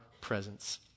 presence